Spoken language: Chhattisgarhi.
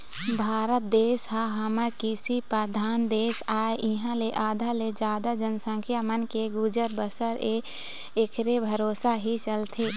भारत देश ह हमर कृषि परधान देश आय इहाँ के आधा ले जादा जनसंख्या मन के गुजर बसर ह ऐखरे भरोसा ही चलथे